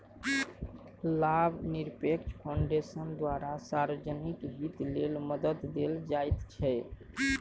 लाभनिरपेक्ष फाउन्डेशनक द्वारा सार्वजनिक हित लेल मदद देल जाइत छै